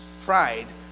pride